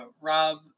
Rob